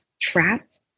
trapped